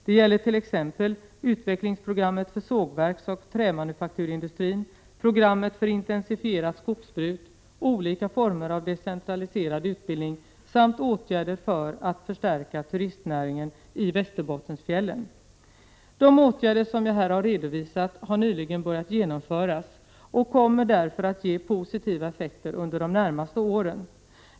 Det gäller t.ex. utvecklingsprogrammet för sågverksoch trämanufakturindustrin, programmet för intensifierat skogsbruk, olika former av decentraliserad utbildning samt åtgärder för att förstärka turistnäringen i Västerbottensfjällen. De åtgärder som jag här har redovisat har nyligen börjat genomföras och kommer därför att ge positiva effekter under de närmaste åren.